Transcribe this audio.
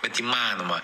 bet įmanoma